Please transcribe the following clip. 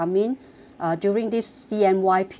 uh during this C_N_Y period